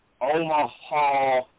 Omaha